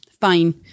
Fine